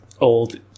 old